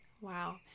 Wow